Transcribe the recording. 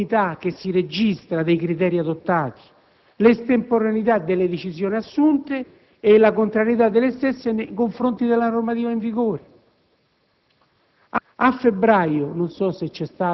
palesi, dunque, la difformità dei criteri adottati che si registra, l'estemporaneità delle decisioni assunte e la contrarietà delle stesse nei confronti della normativa in vigore.